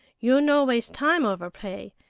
you no waste time over pray.